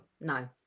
No